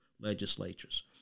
legislatures